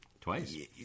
Twice